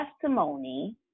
testimony